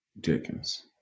Dickens